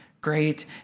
great